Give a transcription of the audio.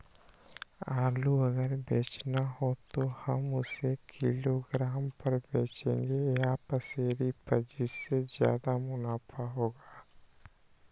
आलू अगर बेचना हो तो हम उससे किलोग्राम पर बचेंगे या पसेरी पर जिससे ज्यादा मुनाफा होगा?